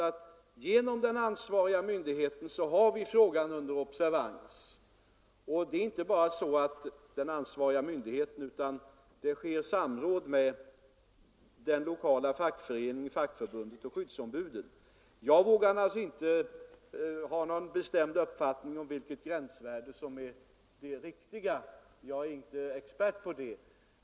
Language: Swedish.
Genom den ansvariga myndigheten har vi frågan under observation. Detta sker i samråd med den lokala fackföreningen, fackförbundet och skyddsombuden. Jag vågar inte för egen del ha någon bestämd uppfattning om vilket gränsvärde som är det riktiga. Jag är inte expert på det.